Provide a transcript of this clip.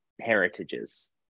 heritages